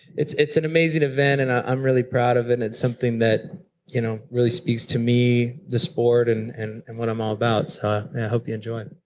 it's it's an amazing event and i'm really proud of it, and it's something that you know really speaks to me, the sport and and and what i'm all about. so i hope you enjoy it.